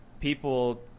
people